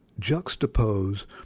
juxtapose